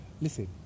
listen